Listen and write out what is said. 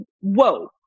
Whoa